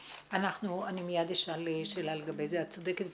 את צודקת.